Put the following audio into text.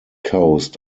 coast